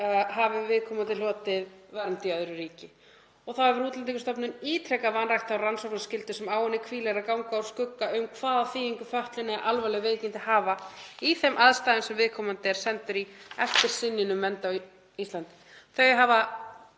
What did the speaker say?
hafi viðkomandi hlotið vernd í öðru ríki. Þá hefur Útlendingastofnun ítrekað vanrækt þá rannsóknarskyldu sem á henni hvílir að ganga úr skugga um hvaða þýðingu fötlun eða alvarleg veikindi hafa í þeim aðstæðum sem viðkomandi er sendur í eftir synjun á Íslandi. Þau hafa